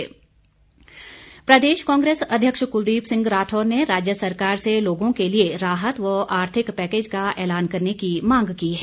कुलदीप राठौर प्रदेश कांग्रेस अध्यक्ष कुलदीप सिंह राठौर ने राज्य सरकार से लोगों के लिए राहत व आर्थिक पैकेज का ऐलान करने की मांग की है